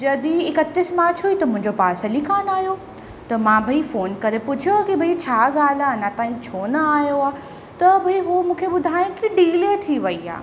जॾहिं इकतीस मार्च हुई त मुंहिंजो पार्सल ई कान आहियो त मां भई फ़ोन करे पुछियो कि भई छा ॻाल्हि आहे अञा ताईं छो न आहियो आहे त बि उहो मूंखे ॿुधाई कि डिले थी वेई आहे